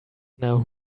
now